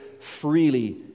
freely